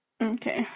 Okay